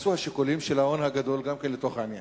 השיקולים של ההון הגדול גם כן לכל העניין.